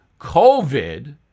COVID